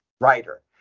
writer